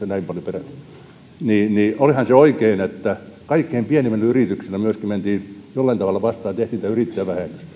näin paljon peräti niin olihan se oikein että kaikkein pienimmille yrityksille myöskin mentiin jollain tavalla vastaan ja tehtiin tämä yrittäjävähennys